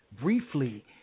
briefly